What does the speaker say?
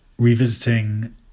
Revisiting